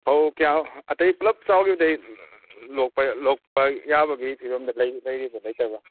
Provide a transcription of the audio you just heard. okay ꯑꯇꯩ ꯄꯨꯂꯞ ꯆꯥꯎꯈꯤꯕꯗꯩ ꯂꯣꯛꯄ ꯂꯣꯛꯄ ꯌꯥꯕꯒꯤ ꯐꯤꯕꯝꯗ ꯂꯩꯔꯤꯕ꯭ꯔꯥ ꯂꯩꯇꯕ꯭ꯔꯥ